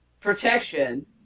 Protection